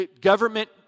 Government